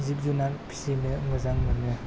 जिब जुनार फिसिनो मोजां मोनो